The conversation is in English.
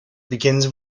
begins